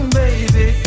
baby